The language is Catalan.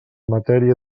matèria